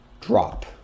drop